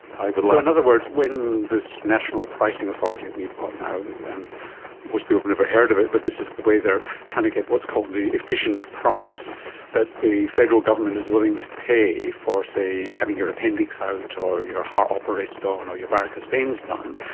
but so in other words, when this national pricing authority that we've got now and most people have never heard of it but this is the way they're trying to get what's called the efficient price that the federal government is willing to pay for, say, having your appendix out or your heart operated on or your varicose veins done,